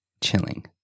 chilling